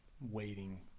waiting